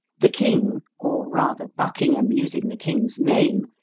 the king, or, rather, buckingham using the king's name,